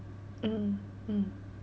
mm mm